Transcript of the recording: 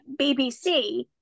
BBC